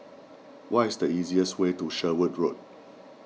what is the easiest way to Sherwood Road